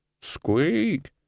Squeak